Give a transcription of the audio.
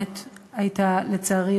לצערי,